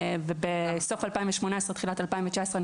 בסוף 2018 תחילת 2019,